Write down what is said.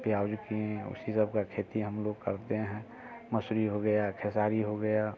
प्याज़ किए उसी सब का खेती हम लोग करते हैं मसूर हो गया खेसारी हो गया